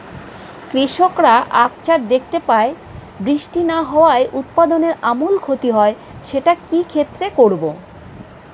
কৃষকরা আকছার দেখতে পায় বৃষ্টি না হওয়ায় উৎপাদনের আমূল ক্ষতি হয়, সে ক্ষেত্রে কি করব?